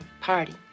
party